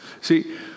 See